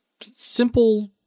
simple